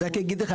אני רק אגיד לך,